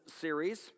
series